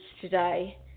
today